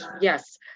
Yes